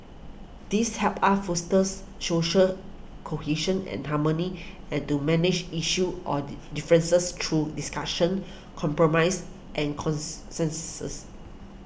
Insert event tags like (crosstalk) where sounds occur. these help us fosters social cohesion and harmony and do manage issues or differences through discussion compromise and (unintelligible)